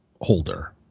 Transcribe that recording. holder